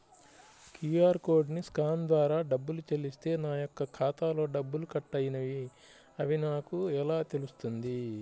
QR కోడ్ని scan ద్వారా డబ్బులు చెల్లిస్తే నా యొక్క ఖాతాలో డబ్బులు కట్ అయినవి అని నాకు ఎలా తెలుస్తుంది?